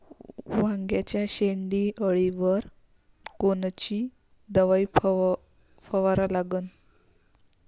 वांग्याच्या शेंडी अळीवर कोनची दवाई फवारा लागन?